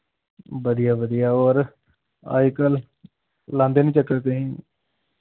बधिया बधिया होर अज कल्ल लांदे निं चक्कर तुहीं